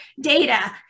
data